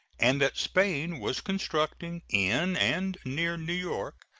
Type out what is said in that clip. and that spain was constructing, in and near new york,